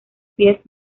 pies